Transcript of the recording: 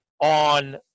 on